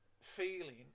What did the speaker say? feeling